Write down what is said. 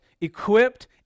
equipped